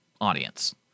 audience